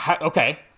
okay